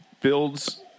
builds –